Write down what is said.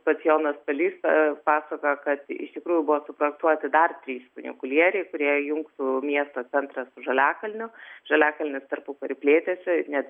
pats jonas palys pasakojo kad iš tikrųjų buvo suprojektuoti dar trys funikulieriai kurie jungtų miesto centrą su žaliakalniu žaliakalnis tarpukariu plėtėsi net